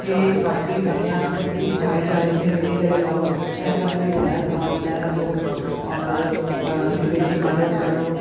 खे काफी अॻियां की भाईचारे खे मिली करे रहो कंहिंसां कोई वैर भाव न रखो और अ हिक ॿिए जी मदद करो